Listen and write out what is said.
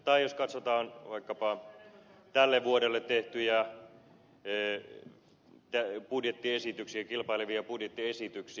tai katsotaan vaikkapa tälle vuodelle tehtyjä budjettiesityksiä kilpailevia budjettiesityksiä